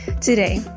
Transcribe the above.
Today